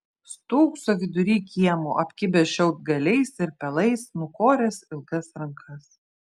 stūkso vidury kiemo apkibęs šiaudgaliais ir pelais nukoręs ilgas rankas